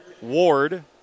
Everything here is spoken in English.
Ward